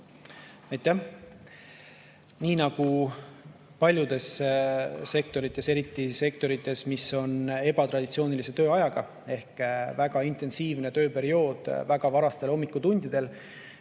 Aitäh! Nii nagu paljudes sektorites – eriti sektorites, mis on ebatraditsioonilise tööajaga –, kus on väga intensiivne tööperiood väga varastel hommikutundidel,